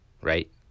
right